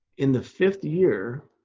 in the fifth year,